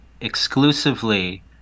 exclusively